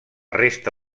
resta